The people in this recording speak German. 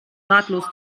ratlos